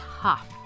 tough